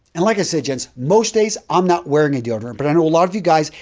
and, like i said, gents, most days i'm not wearing a deodorant, but i know a lot of you guys,